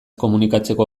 komunikatzeko